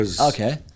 okay